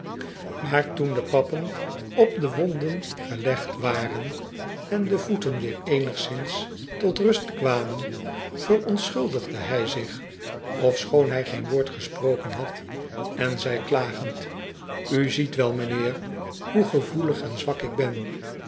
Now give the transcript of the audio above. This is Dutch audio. maar toen de pappen op de wonden gelegd waren en de voeten weer eenigszins tot rust kwamen verontschuldigde hij zich ofschoon hij geen woord gesproken had en zei klagend u ziet wel m'nheer hoe gevoelig en zwak ik ben